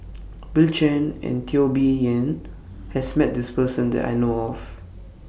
Bill Chen and Teo Bee Yen has Met This Person that I know of